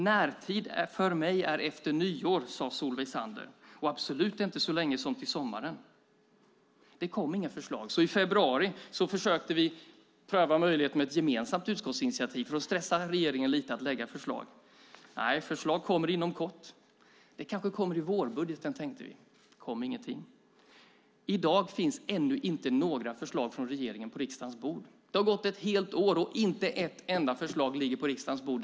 "Närtid för mig är efter nyår", sade Solveig Zander, och absolut inte så länge som till sommaren. Det kom inget förslag, så i februari försökte vi pröva möjligheten med ett gemensamt utskottsinitiativ för att stressa regeringen att lägga fram förslag. Förslag kommer inom kort, fick vi höra då. Då tänkte vi att det kanske kommer i vårbudgeten. Det kom ingenting. I dag finns det ännu inga förslag från regeringen på riksdagens bord. Det har gått ett helt år, och inte ett enda förslag ligger på riksdagens bord.